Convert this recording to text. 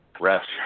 rest